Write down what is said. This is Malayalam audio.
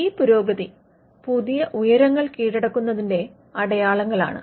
ഈ പുരോഗതി പുതിയ ഉയരങ്ങൾ കീഴടക്കുന്നതിന്റെ അടയാളങ്ങളാണ്